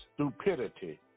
stupidity